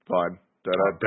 Fine